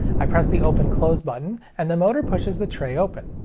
i press the open close button and the motor pushes the tray open.